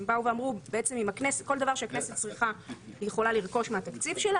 הם באו ואמרו: אם כל דבר שהכנסת צריכה היא יכולה לרכוש מהתקציב שלה,